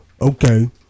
Okay